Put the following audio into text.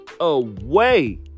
away